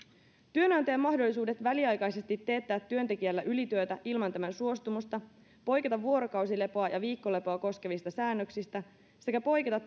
työnantajan mahdollisuudet väliaikaisesti teettää työntekijällä ylityötä ilman tämän suostumusta poiketa vuorokausilepoa ja viikkolepoa koskevista säännöksistä sekä poiketa